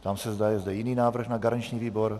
Ptám se, zda je zde jiný návrh na garanční výbor.